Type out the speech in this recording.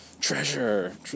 treasure